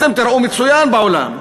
אתם תיראו מצוין בעולם.